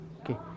okay